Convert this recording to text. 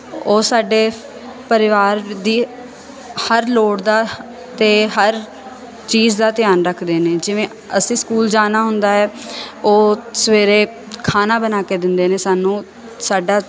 ਉਹ ਸਾਡੇ ਪਰਿਵਾਰ ਦੀ ਹਰ ਲੋੜ ਦਾ ਅਤੇ ਹਰ ਚੀਜ਼ ਦਾ ਧਿਆਨ ਰੱਖਦੇ ਨੇ ਜਿਵੇਂ ਅਸੀਂ ਸਕੂਲ ਜਾਣਾ ਹੁੰਦਾ ਹੈ ਉਹ ਸਵੇਰੇ ਖਾਣਾ ਬਣਾ ਕੇ ਦਿੰਦੇ ਨੇ ਸਾਨੂੰ ਸਾਡਾ